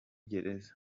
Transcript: gereza